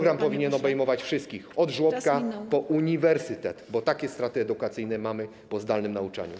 Projekt powinien obejmować wszystkich: od żłobka do uniwersytetu, bo takie straty edukacyjne mamy po zdalnym nauczaniu.